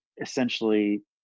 essentially